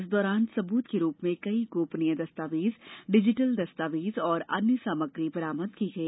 इस दौरान सबूत के रूप में कई गोपनीय दस्तावेज डिजिटल दस्तावेज और अन्य सामग्री बरामद की गई